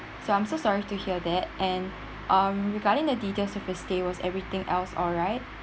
so I'm so sorry to hear that and um regarding the details of your stay was everything else alright